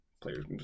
players